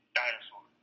dinosaur